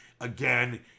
again